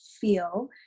feel